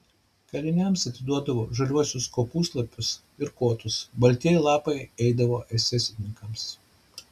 kaliniams atiduodavo žaliuosius kopūstlapius ir kotus baltieji lapai eidavo esesininkams